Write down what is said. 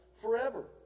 forever